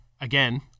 again